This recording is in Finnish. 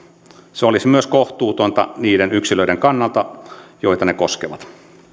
se olisi myös kohtuutonta niiden yksilöiden kannalta joita ne koskevat